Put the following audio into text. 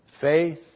faith